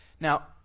Now